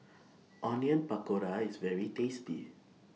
Onion Pakora IS very tasty